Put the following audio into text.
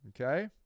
Okay